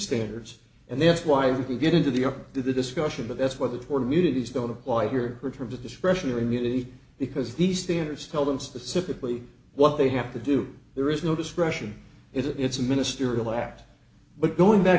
standards and that's why we get into the up to the discussion but that's where the court immunities don't apply here for terms of discretion or immunity because the standards tell them specifically what they have to do there is no discretion it's a ministerial act but going back